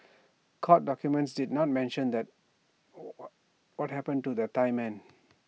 court documents did not mention that what happened to the Thai men